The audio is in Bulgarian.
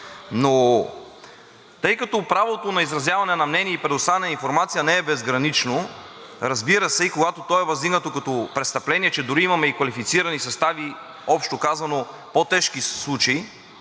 Но тъй като правото на изразяване на мнение и предоставяне на информация не е безгранично, разбира се, и когато то е въздигнато като престъпление, че дори имаме и квалифицирани състави, общо казано, по-тежки случаи